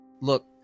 look